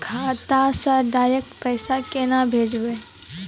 खाता से डायरेक्ट पैसा केना भेजबै?